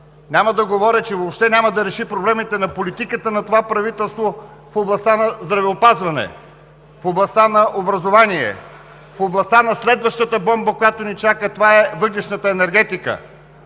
Няма да говоря, че въобще няма да реши проблемите на политиката на това правителство в областта на здравеопазването, в областта на образованието, в областта на следващата бомба, която ни чака, а това е въглищната енергетика,